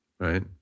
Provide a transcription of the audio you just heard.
Right